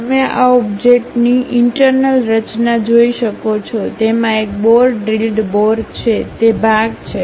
તમે આ ઓબ્જેક્ટની ઇન્ટર્નલરચના જોઈ શકો છો તેમાં એક બોર ડ્રિલ્ડ બોર છે તે ભાગ છે